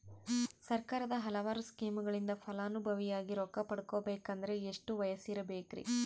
ಸರ್ಕಾರದ ಹಲವಾರು ಸ್ಕೇಮುಗಳಿಂದ ಫಲಾನುಭವಿಯಾಗಿ ರೊಕ್ಕ ಪಡಕೊಬೇಕಂದರೆ ಎಷ್ಟು ವಯಸ್ಸಿರಬೇಕ್ರಿ?